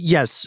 Yes